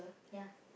ya